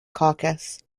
caucus